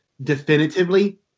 definitively